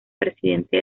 presidente